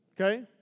okay